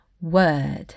word